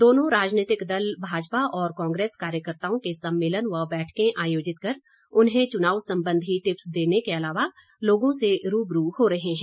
दोनों राजनीतिक दल भाजपा और कांग्रेस कार्यकर्ताओं के सम्मेलन व बैठकें आयोजित कर उन्हें चुनाव संबंधी टिप्स देने के अलावा लोगों से रूबरू हो रहे हैं